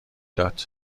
داد